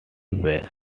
ways